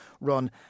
run